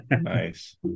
Nice